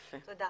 תודה.